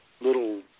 little